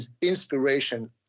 inspiration